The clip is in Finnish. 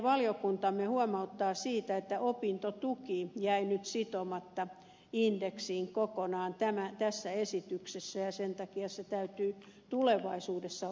valiokuntamme huomauttaa myöskin siitä että opintotuki jäi nyt sitomatta indeksiin kokonaan tässä esityksessä ja sen takia se täytyy tulevaisuudessa ottaa huomioon